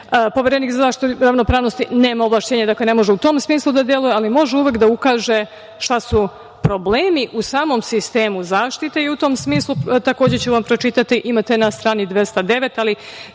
sve. Poverenik za zaštitu ravnopravnosti nema ovlašćenja, dakle, ne može u tom smislu da deluje, ali može uvek da ukaže šta su problemi u samom sistemu zaštite. U tom smislu takođe ću vam pročitati, imate na strani 209, ali